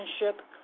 relationship